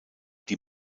die